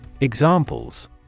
Examples